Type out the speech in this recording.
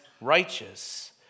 righteous